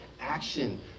action